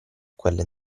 quella